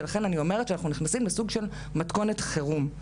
ולכן אני אומרת שאנחנו נכנסים לסוג של מתכונת חירום.